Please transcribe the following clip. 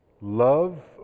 love